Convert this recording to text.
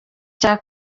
cya